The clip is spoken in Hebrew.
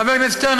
חבר הכנסת שטרן,